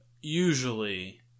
usually